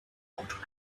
auto